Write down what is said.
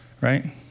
right